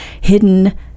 hidden